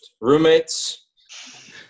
roommates